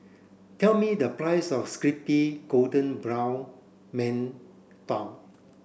tell me the price of crispy golden brown mantou